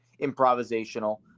improvisational